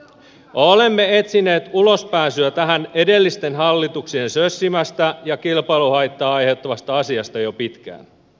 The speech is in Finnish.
olemme etsineet ulospääsyä tästä edellisten hallitusten sössimästä ja kilpailuhaittaa aiheuttavasta asiasta jo pitkään